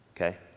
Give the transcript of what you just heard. okay